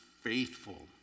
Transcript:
faithful